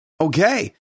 Okay